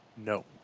No